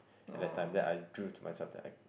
at that time then I drill it to myself that I